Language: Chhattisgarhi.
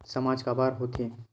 सामाज काबर हो थे?